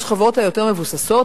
בשכבות היותר מבוססות,